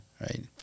Right